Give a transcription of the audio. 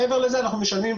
מעבר לזה, אנחנו משלמים,